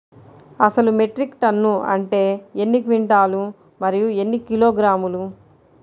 అసలు metric ton అంటే ఎన్ని క్వింటాలు మరియు ఎన్ని కిలోగ్రాములు?